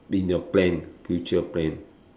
in your plan future plan